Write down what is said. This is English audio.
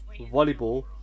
volleyball